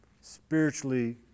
spiritually